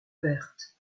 verte